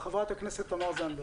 חברת הכנסת תמר זנדברג.